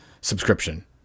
subscription